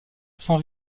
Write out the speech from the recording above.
sans